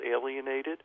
alienated